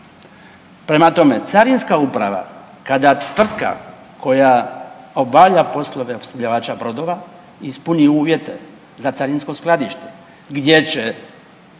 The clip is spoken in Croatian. Prema tome, Carinska uprava kada tvrtka koja obavlja poslove opskrbljivača brodova ispuni uvjete za carinsko skladište gdje će